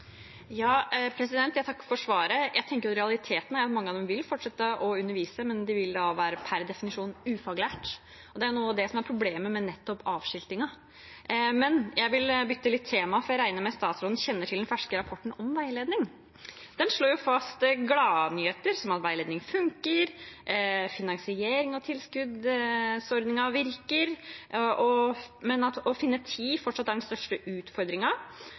Jeg takker for svaret. Jeg tenker at i realiteten vil mange av dem fortsette å undervise, men de vil da per definisjon være «ufaglærte». Det er nettopp noe av det som er problemet med avskiltingen. Men jeg vil bytte tema, for jeg regner med at statsråden kjenner til den ferske rapporten om veiledning. Den slår fast gladnyheter, som at veiledning funker, og at finansierings- og tilskuddsordningen virker. Men å finne tid er fortsatt er den største